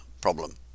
problem